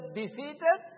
defeated